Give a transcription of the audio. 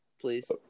please